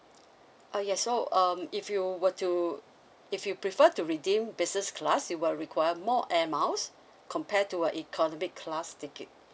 uh yes so um if you were to if you prefer to redeem business class you will require more air miles compare to a economic class ticket